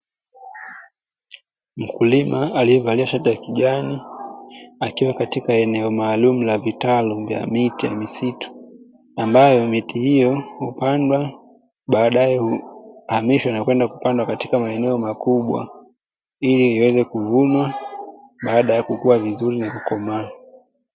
Mkulima aliyevalia shati ya kijani akiwa katika eneo maalumu la vitalu vya miti ya misitu, ambayo miti hiyo hupandwa baadaye huhamishwa na kwenda kupandwa katika maeneo makubwa, ili iweze kuvunwa baada ya kukua vizuri na kukomaa.